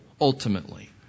ultimately